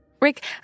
Rick